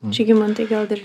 žygimantai gal dar